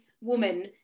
woman